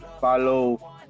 follow